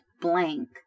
blank